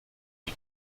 die